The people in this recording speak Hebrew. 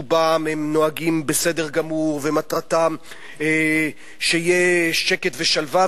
רובם נוהגים בסדר גמור ומטרתם שיהיה שקט ושלווה,